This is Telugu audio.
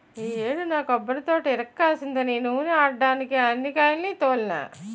ఈ యేడు నా కొబ్బరితోట ఇరక్కాసిందని నూనే ఆడడ్డానికే అన్ని కాయాల్ని తోలినా